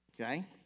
okay